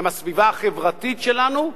הם הסביבה החברתית שלנו,